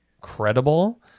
Credible